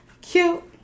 cute